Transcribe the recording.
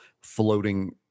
floating